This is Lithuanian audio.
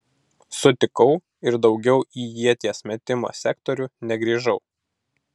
sutikau ir daugiau į ieties metimo sektorių negrįžau